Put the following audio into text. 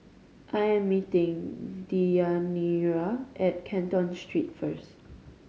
I am meeting Deyanira at Canton Street first